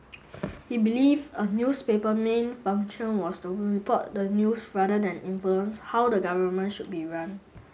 he believed a newspaper's main function was to report the news rather than influence how the government should be run